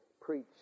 preach